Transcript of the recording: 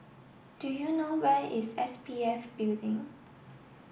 do you know where is S P F Building